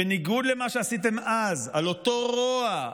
בניגוד למה שעשיתם אז על אותו רוע,